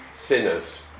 sinners